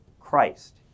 Christ